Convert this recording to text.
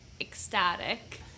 ecstatic